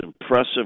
impressive